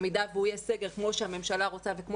במידה והוא יהיה סגר כמו שהממשלה רוצה וכמו